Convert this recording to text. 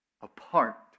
Apart